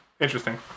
Interesting